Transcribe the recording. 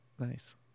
Nice